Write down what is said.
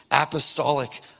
apostolic